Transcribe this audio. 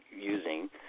using